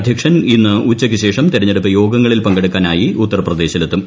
അധ്യക്ഷൻ ഇന്ന് ഉച്ചയ്ക്കുശേഷം തെരഞ്ഞെടുപ്പ് യോഗങ്ങളിൽ പങ്കെടുക്കാനായി ഉത്തർപ്രദേശിൽ എത്തും